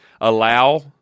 allow